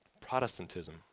Protestantism